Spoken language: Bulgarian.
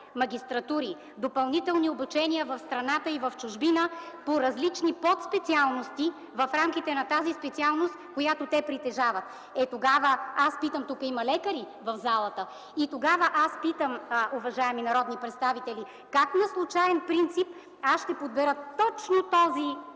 магистратури, допълнителни обучения в страната и в чужбина по различни подспециалности в рамките на тази специалност, която те притежават. Тук, в залата, има лекари. Тогава аз питам, уважаеми народни представители: как на случаен принцип аз ще подбера точно този лекар